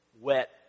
wet